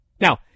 Now